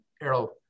Errol